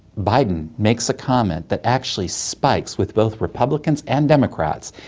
biden makes a comment that actually spikes with both republicans and democrats,